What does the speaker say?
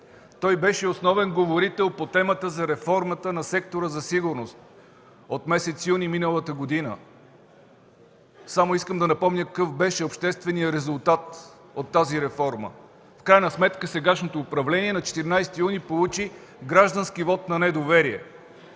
Той беше основен говорител по темата за реформата на сектора за сигурност от месец юни миналата година. Само искам да напомня какъв беше общественият резултат от тази реформа. В крайна сметка сегашното управление на 14 юни получи граждански вот на недоверие